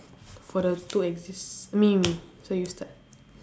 for the two exist~ me me so you start